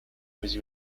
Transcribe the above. was